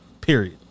Period